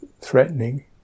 threatening